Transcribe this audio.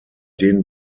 den